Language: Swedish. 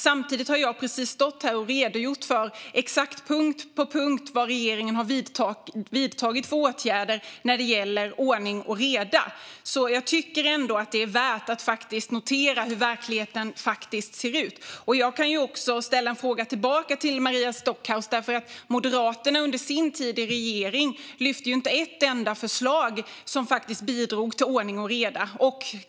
Samtidigt har jag precis stått här och redogjort för, punkt för punkt, exakt vad regeringen har vidtagit för åtgärder när det gäller ordning och reda. Jag tycker att det är värt att notera hur verkligheten faktiskt ser ut. Jag kan ställa en fråga tillbaka till Maria Stockhaus. Under sin tid i regeringsställning lyfte inte Moderaterna fram ett enda förslag som faktiskt bidrog till ordning och reda.